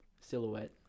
Silhouette